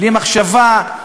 בלי מחשבה.